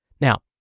Now